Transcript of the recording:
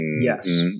Yes